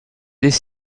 des